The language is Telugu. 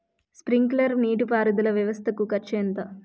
స్ప్రింక్లర్ నీటిపారుదల వ్వవస్థ కు ఖర్చు ఎంత?